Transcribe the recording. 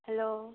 hello